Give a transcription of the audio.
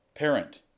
Parent